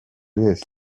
this